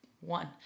one